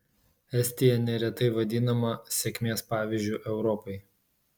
estija neretai vadinama sėkmės pavyzdžiu europai